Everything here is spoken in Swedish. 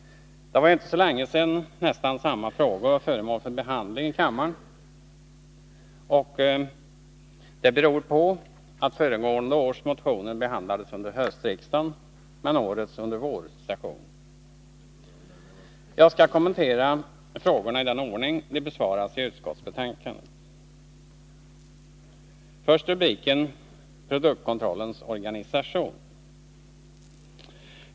Det var inte så länge sedan nästan samma frågor var föremål för behandling i kammaren. Det beror på att föregående års motioner behandlades under höstens riksmöte men att årets behandlas under vårens. Jag skall kommentera frågorna i den ordning som de behandlas i utskottsbetänkandet. Först till rubriken Produktkontrollens organisation.